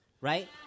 right